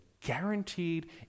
guaranteed